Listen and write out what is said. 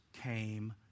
came